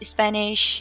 Spanish